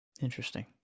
interesting